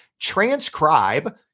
transcribe